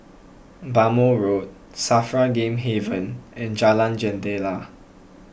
Bhamo Road Safra Game Haven and Jalan Jendela